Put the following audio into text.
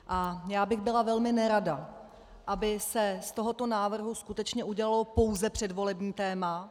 A byla bych velmi nerada, aby se z tohoto návrhu skutečně udělalo pouze předvolební téma.